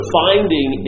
finding